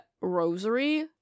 rosary